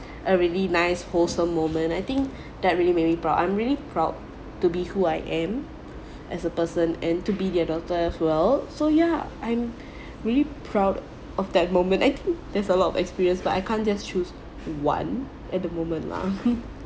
a really nice wholesome moment I think that really made me proud I am really proud to be who I am as a person and to be their daughter as well so ya I'm really proud of that moment I think there's a lot of experience but I can't just choose one at the moment lah